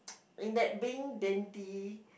in that being dainty